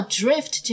drift